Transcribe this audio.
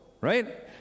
right